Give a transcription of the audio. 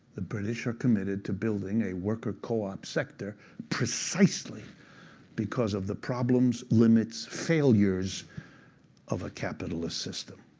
the british are committed to building a worker co-op sector precisely because of the problems, limits, failures of a capitalist system.